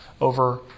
over